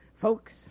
folks